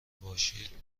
باشید